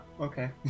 Okay